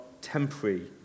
Temporary